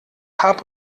hab